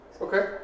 Okay